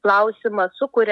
klausimą sukuria